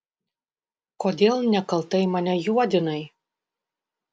kodėl nekaltai mane juodinai